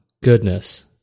goodness